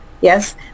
yes